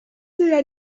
dla